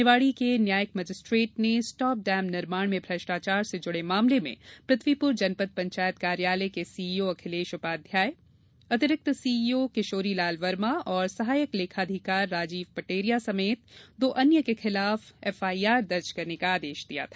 निवाड़ी के न्यायिक मजिस्ट्रेट ने स्टाप डेम निर्माण में भ्रष्टाचार से जुड़े मामले में पृथ्वीपुर जनपद पंचायत कार्यालय के मुख्य कार्यपालन अधिकारी सीईओ अखिलेश उपाध्याय अतिरिक्त सीईओ किशोरी लाल वर्मा और सहायक लेखाधिकारी राजीव पटैरिया समेत दो अन्य के खिलाफ पुलिस ने एफआइआर दर्ज करने का आदेश दिया था